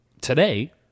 today